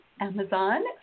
Amazon